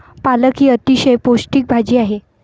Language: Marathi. पालक ही अतिशय पौष्टिक भाजी आहे